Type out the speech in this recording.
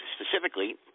specifically